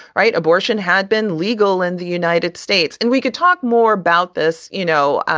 right. abortion had been legal in the united states. and we could talk more about this. you know,